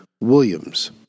Williams